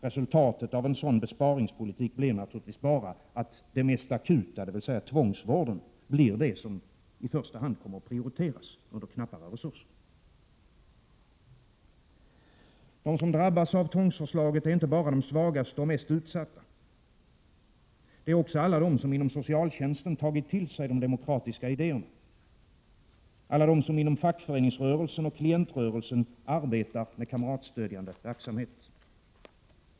Resultatet av en sådan besparingspolitik blir naturligtvis bara att det mest akuta, dvs. tvångsvården, blir det som i första hand kommer att prioriteras under knappare resurser. De som drabbas av tvångsförslaget är inte bara de svagaste och mest utsatta — det är också alla de som inom socialtjänsten tagit till sig de demokratiska idéerna, alla de som inom fackföreningsrörelsen och klientrörelsen arbetar med kamratstödjande verksamhet.